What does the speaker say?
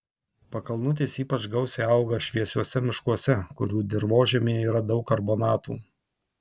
pakalnutės ypač gausiai auga šviesiuose miškuose kurių dirvožemyje yra daug karbonatų